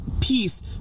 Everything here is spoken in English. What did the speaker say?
peace